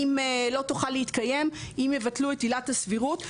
לא תוכל להתקיים אם יבטלו את עילת הסבירות.